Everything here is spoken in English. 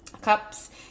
cups